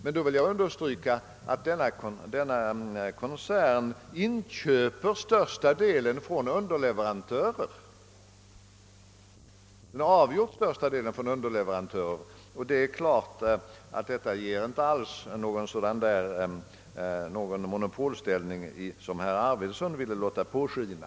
Men jag vill understryka att koncernen inköper den avgjort största delen av artiklarna från underleverantörer, vilket självfallet inte ger någon monopolställning, såsom herr Arvidson ville låta påskina.